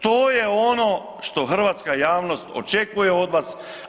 To je ono što hrvatska javnost očekuje od vas.